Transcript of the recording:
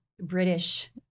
british